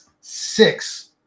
six